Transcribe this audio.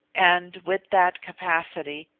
and, with that capacity,